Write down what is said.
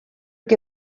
que